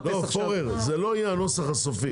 פורר, זה לא יהיה הנוסח הסופי.